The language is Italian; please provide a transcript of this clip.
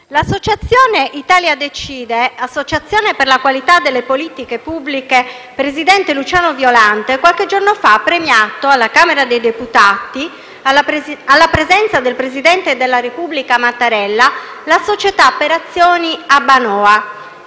l'associazione "Italiadecide - Associazione di ricerca per la qualità delle politiche pubbliche", presidente Luciano Violante, qualche giorno fa ha premiato alla Camera dei deputati, alla presenza del presidente della Repubblica Mattarella, la società per azioni Abbanoa,